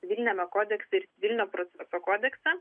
civiliniame kodekse ir civilinio proceso kodekse